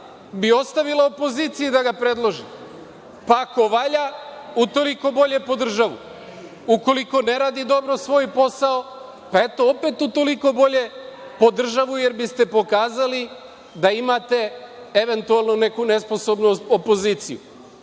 bi ostavila opoziciji da ga predloži, pa, ako valja, utoliko bolje po državu. Ukoliko ne radi dobro svoj posao, pa eto, opet utoliko bolje po državu, jer bi ste pokazali da imate eventualno neku nesposobnu opoziciju,